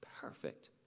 perfect